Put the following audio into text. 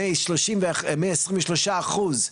מאה עשרים ושלושה אחוז,